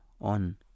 on